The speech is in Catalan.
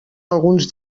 alguns